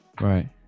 Right